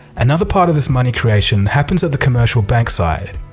another part of this money creation happens at the commercial bank side.